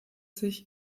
sich